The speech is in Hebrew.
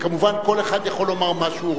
כמובן, כל אחד יכול לומר מה שהוא רוצה.